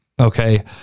okay